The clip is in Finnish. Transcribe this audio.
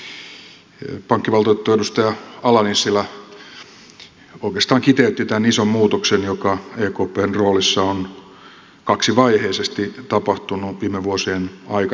pankkivaltuutettu edustaja ala nissilä oikeastaan kiteytti tämän ison muutoksen joka ekpn roolissa on kaksivaiheisesti tapahtunut viime vuosien aikana